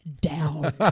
down